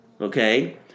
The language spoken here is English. okay